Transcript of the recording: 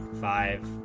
five